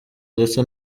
ndetse